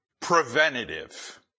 preventative